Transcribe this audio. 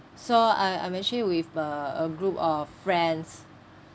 so I I'm actually with a a group of friends